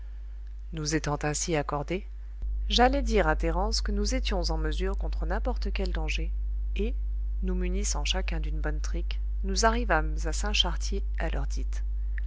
nous étant ainsi accordés j'allai dire à thérence que nous étions en mesure contre n'importe quel danger et nous munissant chacun d'une bonne trique nous arrivâmes saint chartier à l'heure dite